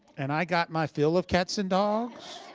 and i got my fill of cats and dogs.